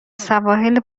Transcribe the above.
سواحل